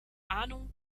ahnung